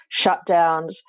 shutdowns